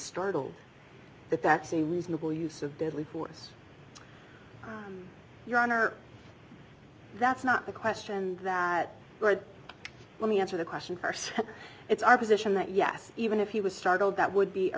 startled that that seem reasonable use of deadly force your honor that's not the question that let me answer the question st it's our position that yes even if he was startled that would be a